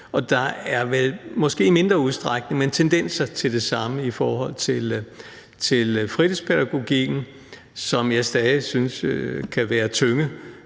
Og der er vel – måske i mindre udstrækning – tendenser til det samme i forhold til fritidspædagogikken, som jeg sagde, at jeg synes kunne være tynget